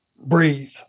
breathe